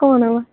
କ'ଣ